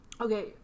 Okay